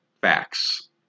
facts